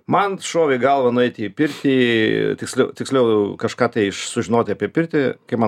man šovė į galvą nueiti į pirtį tiksliau tiksliau kažką tai iš sužinoti apie pirtį kai man